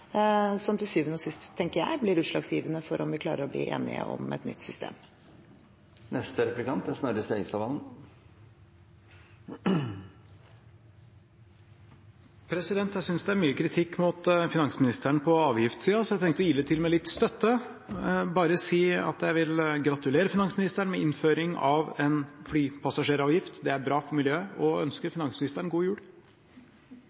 som til syvende og sist, tenker jeg, blir utslagsgivende for om vi klarer å bli enige om et nytt system. Jeg syns det er mye kritikk mot finansministeren på avgiftssiden, så jeg har tenkt å ile til med litt støtte. Jeg vil bare si at jeg vil gratulere finansministeren med innføring av en flyseteavgift – det er bra for miljøet – og ønske finansministeren god jul.